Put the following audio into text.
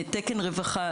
תקן רווחה,